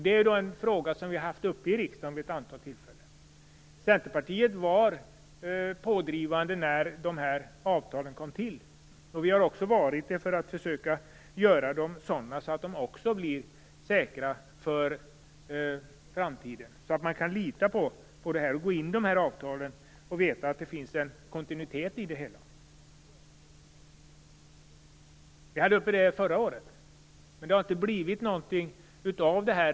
Det är en fråga som vi har haft uppe i riksdagen vid ett antal tillfällen. Centerpartiet var pådrivande när de här avtalen kom till. Vi har också varit det för att försöka göra dem sådana att de blir säkra för framtiden, så att man kan ingå de här avtalen och lita på att det finns en kontinuitet i det hela. Vi tog upp den frågan förra året. Det har inte blivit något av det.